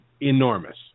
enormous